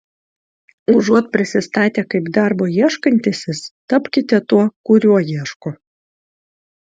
užuot prisistatę kaip darbo ieškantysis tapkite tuo kurio ieško